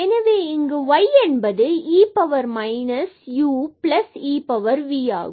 எனவே இங்கு y என்பது e power minus u plus e power v ஆகும்